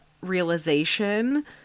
realization